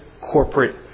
corporate